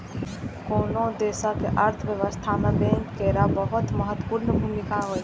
कोनो देशक अर्थव्यवस्था मे बैंक केर बहुत महत्वपूर्ण भूमिका होइ छै